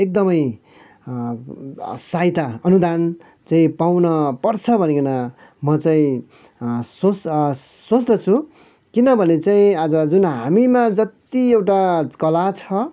एकदमै सहायता अनुदान चाहिँ पाउन पर्छ भनिकन म चाहिँ सोस सोच्दछु किनभने चाहिँ आज जुन हामीमा जति एउटा कला छ